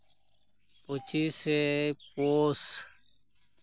ᱯᱚᱸᱪᱤᱥᱮ ᱯᱳᱥ